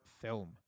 film